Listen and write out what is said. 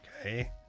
Okay